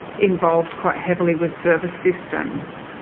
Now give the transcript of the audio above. involved quite heavily with service systems,